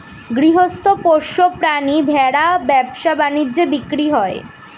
গৃহস্থ পোষ্য প্রাণী ভেড়া ব্যবসা বাণিজ্যে বিক্রি হয়